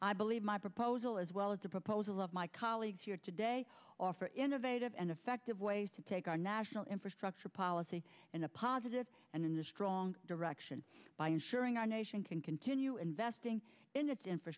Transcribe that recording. i believe my proposal as well as the proposal of my colleagues here today offer innovative and effective ways to take our national infrastructure policy in a positive and in this strong direction by ensuring our nation can continue investing in its in